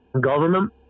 government